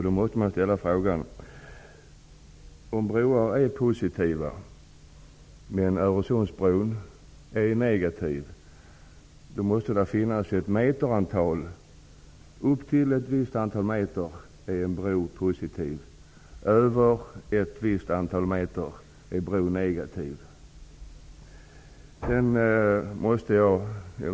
Då måste jag ställa frågan: Om broar är positiva men en Öresundsbro är negativ, finns det en gräns för längden på bron? Är en bro positiv om den är kortare än ett visst antal meter och negativ om den är längre?